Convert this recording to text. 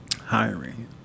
hiring